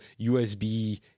USB